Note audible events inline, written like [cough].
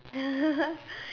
[laughs]